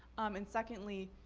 um and secondly,